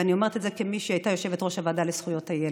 ואני אומרת את זה כמי שהייתה יושבת-ראש הוועדה לזכויות הילד.